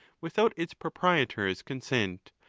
without its proprietor's consent,